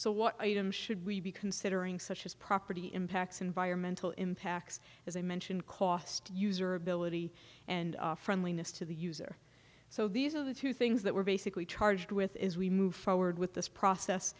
what items should we be considering such as property impacts environmental impacts as i mentioned cost user ability and friendliness to the user so these are the two things that we're basically charged with as we move forward with this process